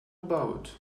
about